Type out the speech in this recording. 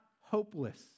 hopeless